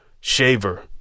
Shaver